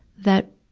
that,